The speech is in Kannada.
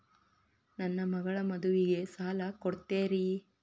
ನನ್ನ ಮಗಳ ಮದುವಿಗೆ ಸಾಲ ಕೊಡ್ತೇರಿ?